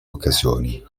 occasioni